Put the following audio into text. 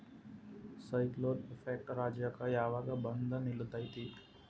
Cyclone effect ರಾಜ್ಯಕ್ಕೆ ಯಾವಾಗ ಬಂದ ನಿಲ್ಲತೈತಿ?